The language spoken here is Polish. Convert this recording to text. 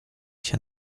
się